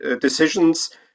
decisions